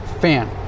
fan